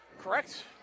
Correct